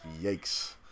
Yikes